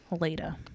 later